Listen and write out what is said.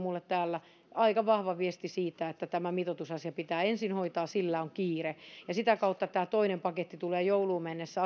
välitti minulle täällä aika vahvan viestin siitä että tämä mitoitusasia pitää hoitaa ensin sillä on kiire sitä kautta tämä toinen paketti tulee jouluun mennessä